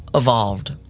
evolved.